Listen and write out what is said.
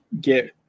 get